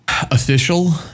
official